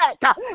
back